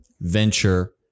venture